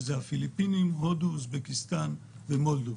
שזה הפליפינים, הודו, אוזבקיסטן ומולדובה.